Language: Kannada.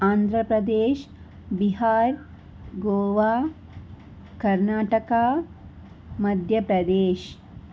ಆಂಧ್ರ ಪ್ರದೇಶ್ ಬಿಹಾರ್ ಗೋವಾ ಕರ್ನಾಟಕ ಮಧ್ಯ ಪ್ರದೇಶ್